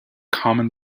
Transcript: common